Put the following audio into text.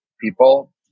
people